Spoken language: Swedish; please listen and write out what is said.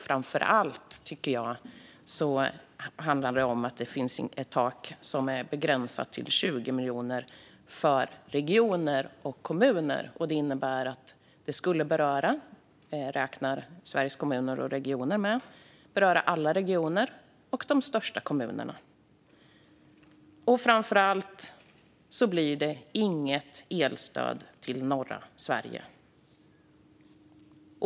Framför allt finns det ett tak som är begränsat till 20 miljoner för regioner och kommuner. Sveriges Kommuner och Regioner räknar med att det berör alla regioner och de största kommunerna. Framför allt blir det inget elstöd till norra Sverige.